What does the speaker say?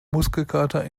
muskelkater